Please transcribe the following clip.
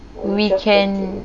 we can